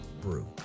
Brew